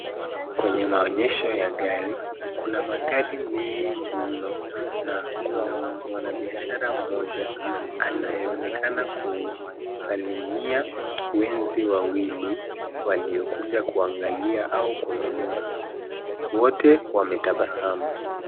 Kwenye maonyesho ya gari, kuna magari mengi mno na kuna mwanabiashara mmoja anayeonekana kusalimia wenzi wawili waliokuja kuangalia au kununua. Wote wametabasamu.